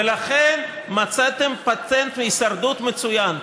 ולכן מצאתם פטנט הישרדות מצוין,